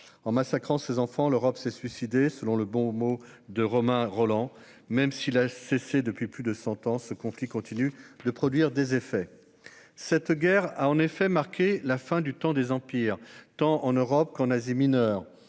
En massacrant ses enfants, l'Europe s'est suicidée, selon le mot de Romain Rolland. Même s'il a cessé depuis plus de cent ans, ce conflit continue de produire des effets. Cette guerre a en effet marqué la fin du temps des empires, tant en Europe qu'en Asie Mineure